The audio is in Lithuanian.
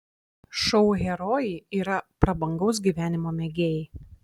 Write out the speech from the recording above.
šou herojai yra prabangaus gyvenimo mėgėjai